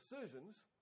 decisions